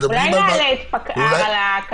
אולי נעלה את פיקוד העורף?